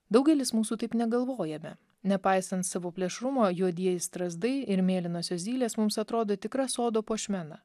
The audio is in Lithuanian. daugelis mūsų taip negalvojame nepaisant savo plėšrumo juodieji strazdai ir mėlynosios zylės mums atrodo tikra sodo puošmena